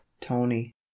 Tony